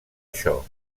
això